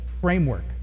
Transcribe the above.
framework